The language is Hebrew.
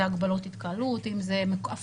אם אלה הגבלות התקהלות,